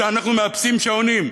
אנחנו מאפסים שעונים.